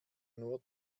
nur